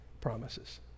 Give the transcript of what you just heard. promises